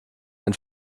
ein